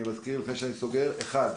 אני מזכיר: אחד,